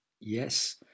yes